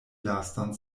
lastan